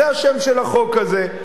זה השם של החוק הזה.